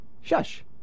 shush